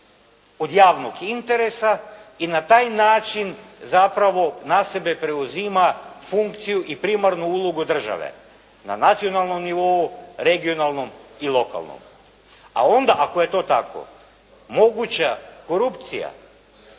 od javnog interesa i na taj način zapravo na sebe preuzima funkciju i primarnu ulogu države, na nacionalnom nivou, regionalnom i lokalnom. A onda ako je to tako moguća korupcija